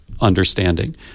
understanding